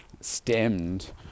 stemmed